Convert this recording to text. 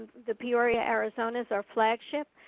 the peoria arizona is our flagship,